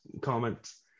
comments